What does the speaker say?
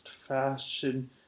fashion